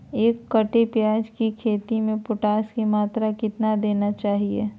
एक कट्टे प्याज की खेती में पोटास की मात्रा कितना देना चाहिए?